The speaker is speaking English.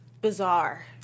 bizarre